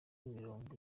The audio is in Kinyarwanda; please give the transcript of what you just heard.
mirongo